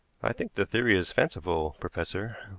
i think the theory is fanciful, professor.